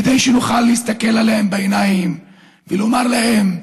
כדי שנוכל להסתכל עליהם בעיניים ולומר להם: